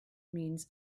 means